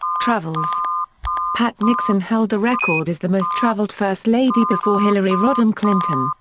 travels pat nixon held the record as the most-traveled first lady before hillary rodham clinton.